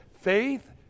Faith